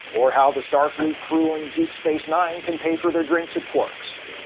or how the starfleet crew on deep space nine can pay for their drinks at quarks.